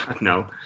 No